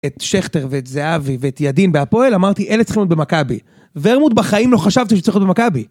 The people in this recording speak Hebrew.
את שכטר ואת זהבי ואת ידין בהפועל, אמרתי אין נצחונות במכבי. ורמות בחיים לא חשבתי שצריך להיות במכבי.